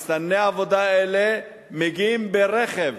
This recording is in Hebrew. מסתנני העבודה האלה מגיעים ברכב